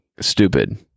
stupid